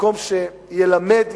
מקום שילמד,